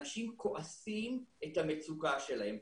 אנשים כועסים את המצוקה שלהם.